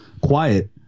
quiet